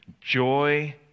joy